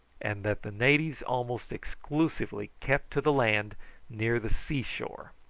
and that the natives almost exclusively kept to the land near the sea-shore.